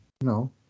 No